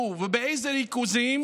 ובאיזה ריכוזים?